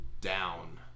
down